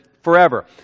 forever